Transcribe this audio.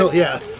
ah yeah,